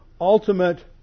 ultimate